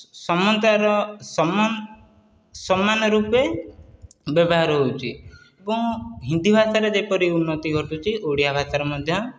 ସମାନ ସମାନ ରୂପେ ବ୍ୟବହାର ହେଉଛି ଏବଂ ହିନ୍ଦୀ ଭାଷାରେ ଯେମିତି ଉନ୍ନତି ଘଟୁଛି ଓଡ଼ିଆ ଭାଷାରେ ମଧ୍ୟ